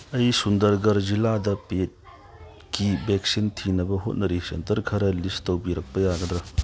ꯑꯩ ꯁꯨꯟꯗꯔꯒꯔ ꯖꯤꯂꯥꯗ ꯄꯦꯠꯀꯤ ꯚꯦꯛꯁꯤꯟ ꯊꯤꯅꯕ ꯍꯣꯠꯅꯔꯤ ꯁꯦꯟꯇꯔ ꯈꯔ ꯂꯤꯁ ꯇꯧꯕꯤꯔꯛꯄ ꯌꯥꯒꯗ꯭ꯔ